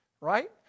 Right